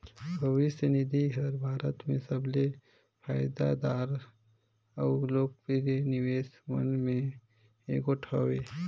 भविस निधि हर भारत में सबले फयदादार अउ लोकप्रिय निवेस मन में एगोट हवें